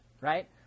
right